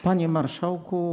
Panie Marszałku!